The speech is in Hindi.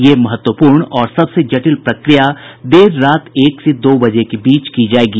ये महत्वपूर्ण और सबसे जटिल प्रक्रिया देर रात एक से दो बजे के बीच की जाएगी